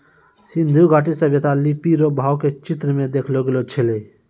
सिन्धु घाटी सभ्यता लिपी रो भाव के चित्र मे देखैलो गेलो छलै